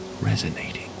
resonating